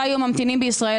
לא היו היום בישראל ממתינים.